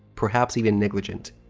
perhaps even negligent.